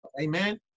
Amen